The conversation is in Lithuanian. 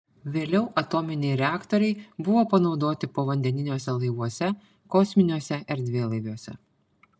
vėliau atominiai reaktoriai buvo panaudoti povandeniniuose laivuose kosminiuose erdvėlaiviuose